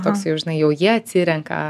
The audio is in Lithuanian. toks jau žinai jau jie atsirenka